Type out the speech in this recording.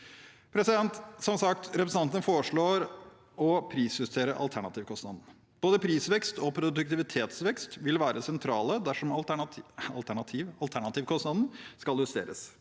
Som sagt: Representantene foreslår å prisjustere alternativkostnaden. Både prisvekst og produktivitetsvekst vil være sentralt dersom alternativkostnaden skal justeres.